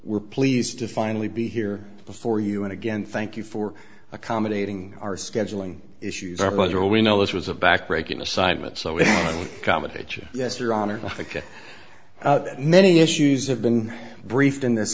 were pleased to finally be here before you and again thank you for accommodating our scheduling issues our budget all we know this was a back breaking assignment so in comedy yes your honor many issues have been briefed in this